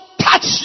touch